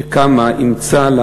כשקמה, אימצה לה